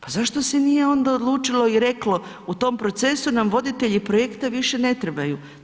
Pa zašto se nije onda odlučilo i reklo u tom procesu nam voditelji projekta više ne trebaju.